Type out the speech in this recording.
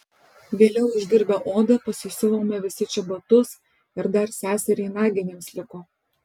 vėliau išdirbę odą pasisiuvome visi čebatus ir dar seseriai naginėms liko